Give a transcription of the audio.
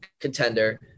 contender –